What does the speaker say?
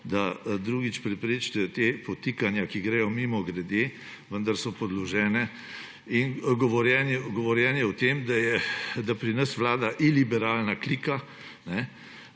da drugič preprečite ta podtikanja, ki gredo mimogrede, vendar so podložena. In govorjenje o tem, da pri nas vlada iliberalna klika